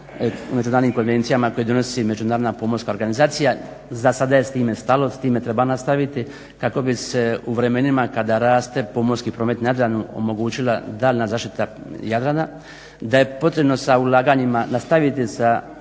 međunarodnim konvencijama koje donosi Međunarodna pomorska organizacija. Za sada je s time stalo, s time treba nastaviti kako bi se u vremenima kada raste pomorski promet na Jadranu omogućila daljnja zaštita Jadrana. Da je potrebno sa ulaganjima, nastaviti sa